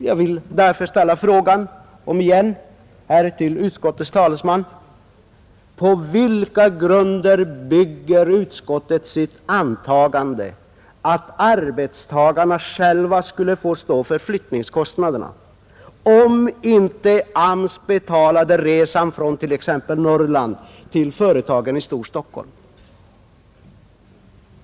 Jag vill därför fråga utskottets talesman: På vilka grunder bygger utskottet sitt antagande att arbetstagarna själva skulle få stå för flyttningskostnaderna, om inte AMS betalar resan från t.ex. Norrland till företagen i Storstockholm?